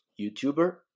YouTuber